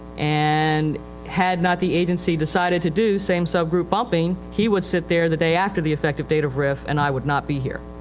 and had not the agency decided to do same sub-group bumping he would sit there the day after the effective date of rif and i would not be here.